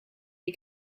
des